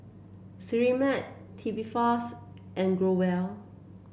Sterimar Tubifast and Growell